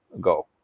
go